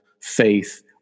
faith